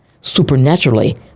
supernaturally